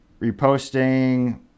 Reposting